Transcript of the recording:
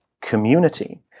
community